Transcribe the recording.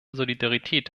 solidarität